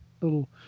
little